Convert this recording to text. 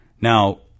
Now